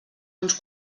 uns